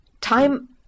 time